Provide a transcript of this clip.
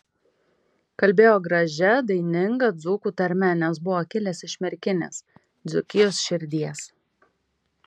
kalbėjo gražia daininga dzūkų tarme nes buvo kilęs iš merkinės dzūkijos širdies